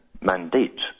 mandate